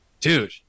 dude